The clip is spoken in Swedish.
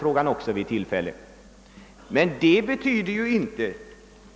Jag har också interpellerat i den frågan.